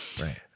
Right